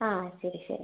ആ ശരി ശരി